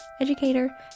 educator